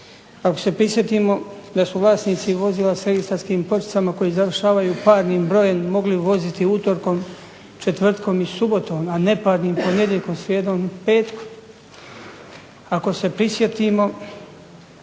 ako se prisjetimo da su vlasnici vozila s registarskim pločicama koji završavaju parnim brojem mogli voziti utorkom, četvrtkom i subotom, a neparni ponedjeljkom, srijedom i petkom, ako se prisjetimo